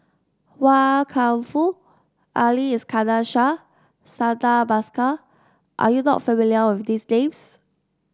Wan Kam Fook Ali Iskandar Shah Santha Bhaskar are you not familiar with these names